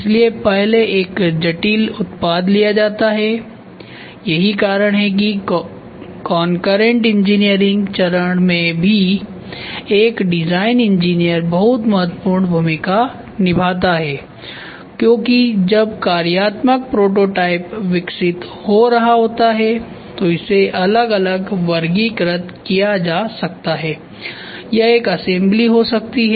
इसलिए पहले एक जटिल उत्पाद लिया जाता है यही कारण है कि कॉन्करेन्ट इंजीनियरिंग चरण में भी एक डिज़ाइन इंजीनियर बहुत महत्वपूर्ण भूमिका निभाता है क्योंकि जब कार्यात्मक प्रोटोटाइप विकसित हो रहा होता है तो इसे अलग अलग वर्गीकृत किया जा सकता है यह एक असेम्बली हो सकती है